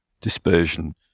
dispersion